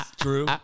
True